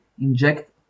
inject